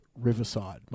Riverside